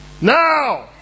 now